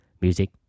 music